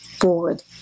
forward